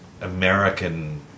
American